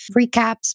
recaps